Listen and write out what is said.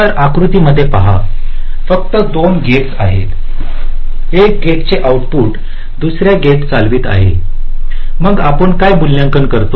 तर आकृती मध्ये पहाफक्त 2 गेट्स आहे 1 गेटचे आउटपुट दुसरा गेट चालवित आहे मग आपण काय मूल्यांकन करतो